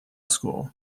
school